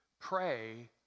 Pray